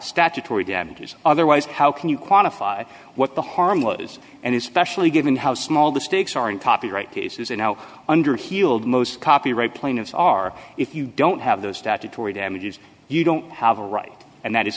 statutory damages otherwise how can you quantify what the harmless and is specially given how small the stakes are in copyright cases and how under heald most copyright plaintiffs are if you don't have those statutory damages you don't have a right and that is